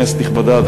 כנסת נכבדה,